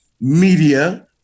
media